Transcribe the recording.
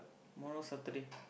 tomorrow Saturday